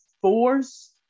force